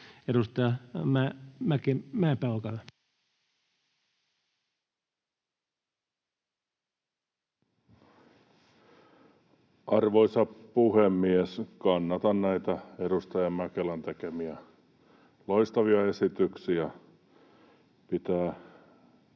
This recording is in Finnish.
20:19 Content: Arvoisa puhemies! Kannatan näitä edustaja Mäkelän tekemiä loistavia esityksiä. Pitää